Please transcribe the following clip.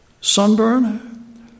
sunburn